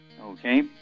Okay